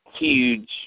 huge